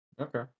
Okay